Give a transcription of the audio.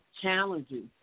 challenges